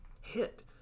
hit